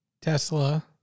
Tesla